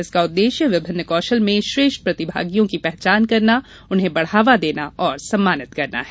इसका उद्देश्य विभिन्न कौशल में श्रेष्ठ प्रतिभाओं की पहचान करना उन्हें बढावा देना और सम्मानित करना है